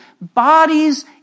bodies